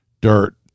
dirt